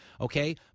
Okay